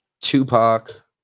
Tupac